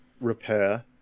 repair